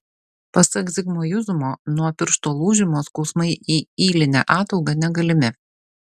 pasak zigmo juzumo nuo piršto lūžimo skausmai į ylinę ataugą negalimi